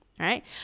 Right